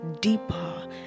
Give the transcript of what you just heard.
deeper